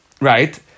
Right